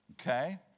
Okay